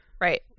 Right